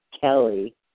Kelly